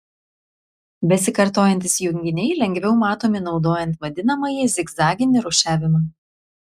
besikartojantys junginiai lengviau matomi naudojant vadinamąjį zigzaginį rūšiavimą